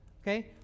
Okay